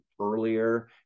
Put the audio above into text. earlier